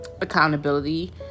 accountability